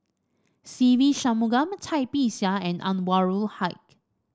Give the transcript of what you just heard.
Se Ve Shanmugam Cai Bixia and Anwarul Haque